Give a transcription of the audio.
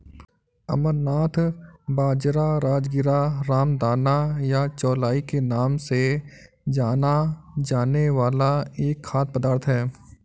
अमरनाथ बाजरा, राजगीरा, रामदाना या चौलाई के नाम से जाना जाने वाला एक खाद्य पदार्थ है